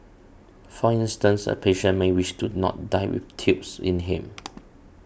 for instance a patient may wish to not die with tubes in him